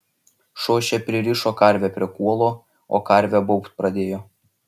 šošė pririšo karvę prie kuolo o karvė baubt pradėjo